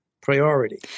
priority